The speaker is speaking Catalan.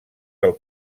del